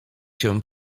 się